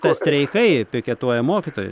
streikai piketuoja mokytojai